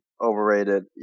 Overrated